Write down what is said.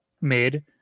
mid